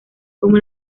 como